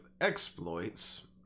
exploits